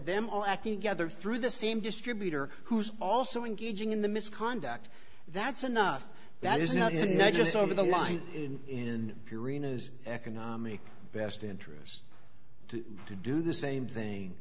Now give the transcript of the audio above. them all acting together through the same distributor who's also engaging in the misconduct that's enough that is not you know just over the line in purina is economic best interest to to do the same thing